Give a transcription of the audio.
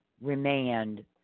remand